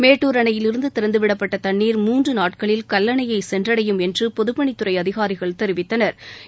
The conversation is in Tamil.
மேட்டுர் அணையிலிருந்து திறந்துவிடப்பட்ட தண்ணீர் மூன்று நாட்களில் கல்லணையை சென்றடையும் என்று பொதுப்பணித்துறை அதிகாரிகள் தெரிவித்தனா்